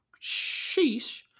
sheesh